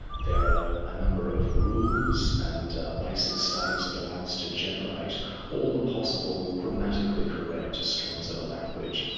there are a number of rules, and basic states that allow us to generate all the possible grammatically correct strings of a language,